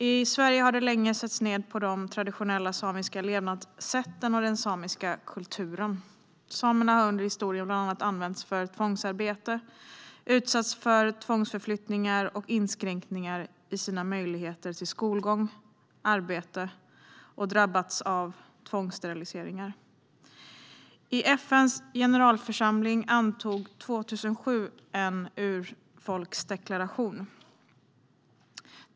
I Sverige har det länge setts ned på de traditionella samiska levnadssätten och den samiska kulturen. Samerna har under historien bland annat använts för tvångsarbete, utsatts för tvångsförflyttningar och inskränkningar i sina möjligheter till skolgång och arbete, och drabbats av tvångssteriliseringar. FN:s generalförsamling antog 2007 en urfolksdeklaration.